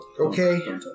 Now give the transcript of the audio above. Okay